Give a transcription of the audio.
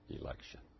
election